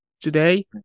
today